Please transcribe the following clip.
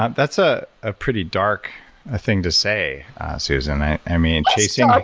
ah that's ah a pretty dark ah thing to say susan. i i mean, chasing. like